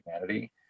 humanity